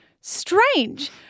strange